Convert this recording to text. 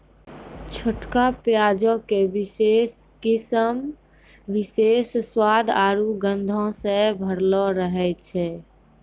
छोटका प्याजो के विशेष किस्म विशेष स्वाद आरु गंधो से भरलो रहै छै